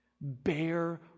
Bear